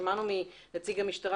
שמענו פה מנציג המשטרה,